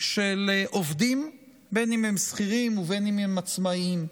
של עובדים, בין שהם שכירים ובין שהם עצמאים,